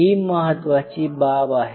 ही महत्वाची बाब आहे